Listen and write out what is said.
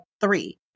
three